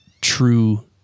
true